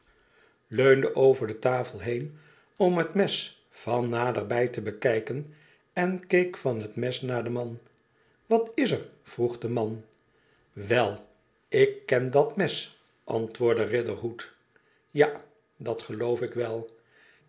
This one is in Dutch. wederzijdsche vriend tafel heen om het mes van naderbij te bekijken en keek van het mes naar den man f wat is er vroeg de man wel ik ken dat mes antwoordde riderhood f ja dat geloof ik wel